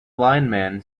lineman